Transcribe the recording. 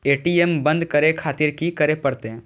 ATM बंद करें खातिर की करें परतें?